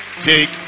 take